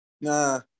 Nah